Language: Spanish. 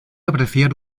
apreciar